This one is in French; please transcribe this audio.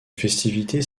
festivités